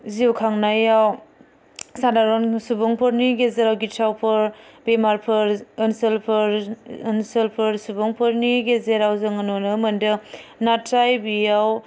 जिउ खांनायाव सादारन सुबुंफोदनि गेजेराव गिथावफोर बेमारफोर ओनसोलफोर ओनसोलफोर सुबुंफोदनि गेजेराव जोङो नुनो मोनदों नाथाय बियाव